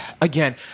again